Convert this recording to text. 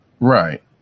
Right